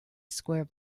square